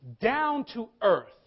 down-to-earth